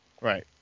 right